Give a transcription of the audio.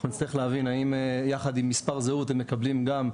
אנחנו נצטרך להבין האם יחד עם מספר זהות הם מקבלים גם,